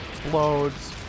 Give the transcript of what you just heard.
explodes